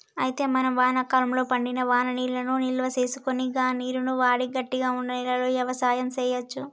అయితే మనం వానాకాలంలో పడిన వాననీళ్లను నిల్వసేసుకొని గా నీరును వాడి గట్టిగా వున్న నేలలో యవసాయం సేయచ్చు